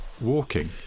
walking